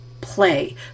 play